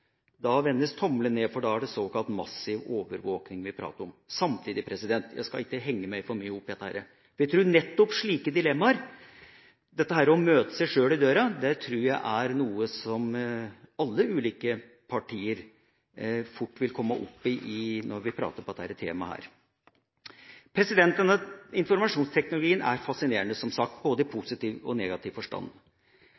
da vendes tommelen ned – for da er det såkalt massiv overvåking vi prater om. Samtidig skal jeg ikke henge meg for mye opp i dette. Jeg tror nettopp slike dilemmaer, det å møte seg sjøl i døra, er noe som alle ulike partier fort vil komme opp i når vi prater om dette temaet. Denne informasjonsteknologien er fascinerende, som sagt, i både